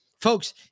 folks